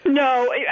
No